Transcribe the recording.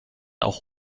auch